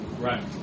right